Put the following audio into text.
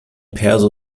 perso